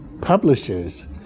publishers